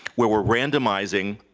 where we're randomizing